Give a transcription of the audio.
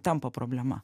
tampa problema